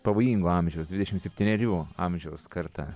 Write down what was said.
pavojingo amžiaus dvidešimt septynerių amžiaus karta